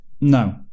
No